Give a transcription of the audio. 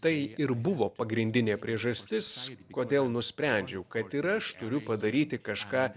tai ir buvo pagrindinė priežastis kodėl nusprendžiau kad ir aš turiu padaryti kažką